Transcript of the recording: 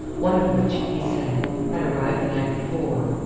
one of which, he said, had arrived the night before.